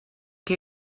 que